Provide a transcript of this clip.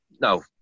No